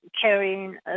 carrying